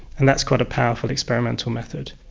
and that's quite a powerful experimental method.